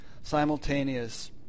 simultaneous